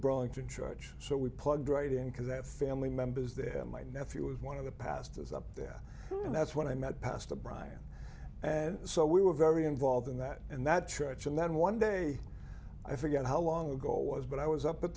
brawling to church so we plugged it in because i have family members there my nephew was one of the past is up there and that's when i met pastor brian and so we were very involved in that and that church and then one day i forget how long ago was but i was up at